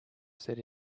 said